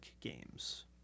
games